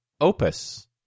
Opus